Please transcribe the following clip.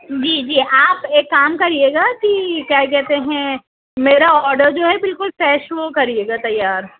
جی جی آپ ایک کام کریئے گا کہ کیا کہتے ہیں میرا آرڈر جو ہے بالکل فریش وہ کریئے گا تیار